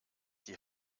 die